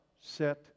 set